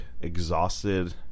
exhausted